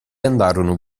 andarono